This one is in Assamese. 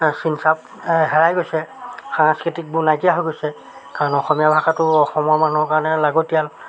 চিন চাপ হেৰাই গৈছে সংস্কৃতিবোৰ নাইকিয়া হৈ গৈছে কাৰণ অসমীয়া ভাষাটো অসমৰ মানুহৰ কাৰণে লাগতিয়াল